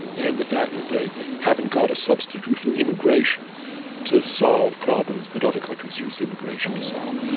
and the fact that they haven't got a substitute for immigration to solve problems that other countries use immigration to solve.